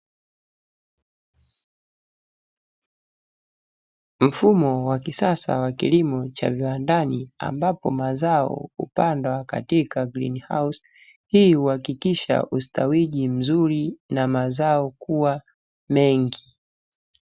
Mfumo wa kisasa wa kilimo cha viwandani ambapo mazao upandwa katika grini hausi, hii uwakikisha ustawiji mzuri na mazao kuwa mengi.